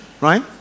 Right